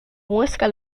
muestra